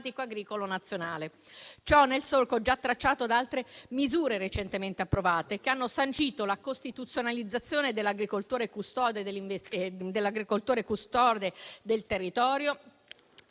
nel solco già tracciato da altre misure recentemente approvate, che hanno sancito la costituzionalizzazione dell'agricoltore custode del territorio,